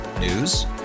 News